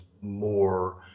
more